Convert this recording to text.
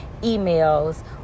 emails